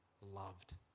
loved